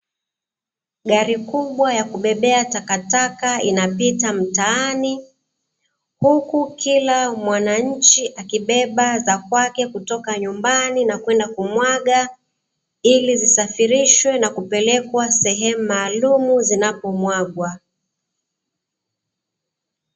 Gari kubwa ya kubebea takataka inapita mtaani, huku kila mwananchi akibeba za kwake kutoka nyumbani na kwenda kumwaga ili zisafirishwe na kupelekwa sehemu maalumu zinapomwagwa.